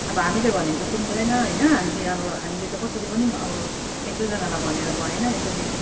अब हामीले भन्यो भने त सुन्दैन होइन हामीले अब हामीले त कसरी पनि अब यत्रोजनालाई भनेर भएन यसरी